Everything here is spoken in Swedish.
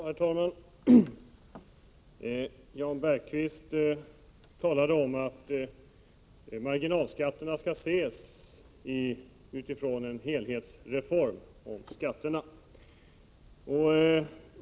Herr talman! Jan Bergqvist sade att marginalskatterna skall ingå i en reformering av skattesystemet i dess helhet.